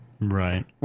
Right